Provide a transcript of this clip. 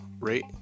rate